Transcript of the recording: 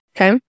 Okay